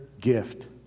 gift